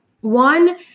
one